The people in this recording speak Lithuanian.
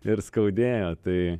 ir skaudėjo tai